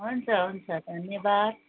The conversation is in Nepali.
हुन्छ हुन्छ धन्यवाद